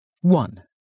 One